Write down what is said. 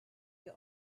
you